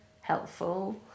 helpful